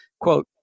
Quote